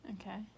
Okay